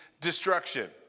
destruction